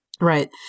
right